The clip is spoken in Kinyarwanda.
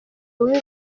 bubi